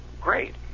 great